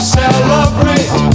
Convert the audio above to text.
celebrate